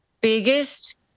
biggest